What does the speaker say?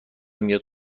میاد